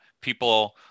people